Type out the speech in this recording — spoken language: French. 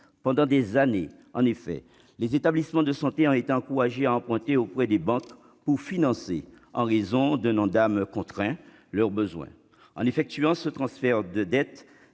Pendant des années, en effet, les établissements de santé ont été encouragés à emprunter auprès des banques pour financer leurs besoins en raison d'un Ondam contraint. En effectuant ce transfert de dette